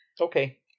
Okay